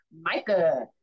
Micah